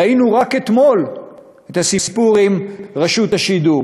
ראינו רק אתמול את הסיפור עם רשות השידור.